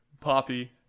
Poppy